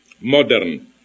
modern